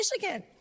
Michigan